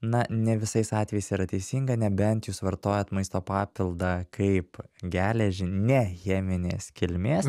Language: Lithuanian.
na ne visais atvejais yra teisinga nebent jūs vartojat maisto papildą kaip geležį ne cheminės kilmės